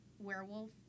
werewolf